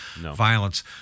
violence